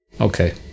Okay